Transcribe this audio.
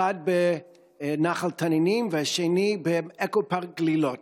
אחת בנחל תנינים והשנייה באקו-פארק גלילות.